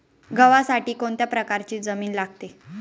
गव्हासाठी कोणत्या प्रकारची जमीन लागते?